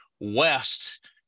West